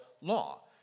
law